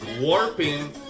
warping